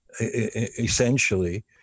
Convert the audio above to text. essentially